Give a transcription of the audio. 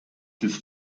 des